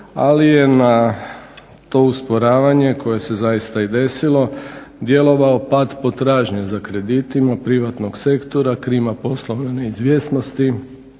ali je na to usporavanje koje se zaista i desilo djelovao pad potražnje za kreditima privatnog sektora, … poslovne neizvjesnosti